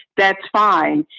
that's fine.